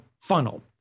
funnel